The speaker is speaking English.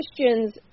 Christians